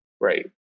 Right